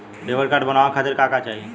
Debit card बनवावे खातिर का का चाही?